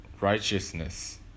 righteousness